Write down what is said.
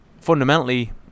fundamentally